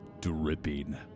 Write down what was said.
Dripping